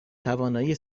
توانایی